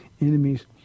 enemies